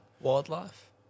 Wildlife